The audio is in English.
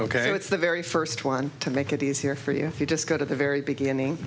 what's the very first one to make it easier for you if you just go to the very beginning